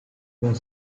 were